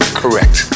correct